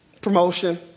Promotion